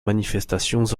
manifestations